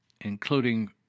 including